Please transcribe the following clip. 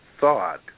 thought